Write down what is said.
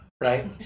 right